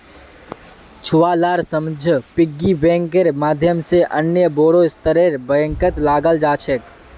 छुवालार समझ पिग्गी बैंकेर माध्यम से अन्य बोड़ो स्तरेर बैंकत लगाल जा छेक